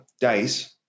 dice